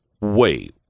wait